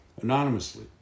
anonymously